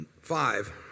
Five